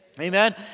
Amen